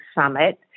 Summit